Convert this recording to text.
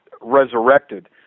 resurrected